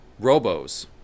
robos